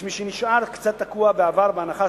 יש מי שנשאר קצת תקוע בעבר בהנחה